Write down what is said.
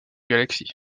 galaxie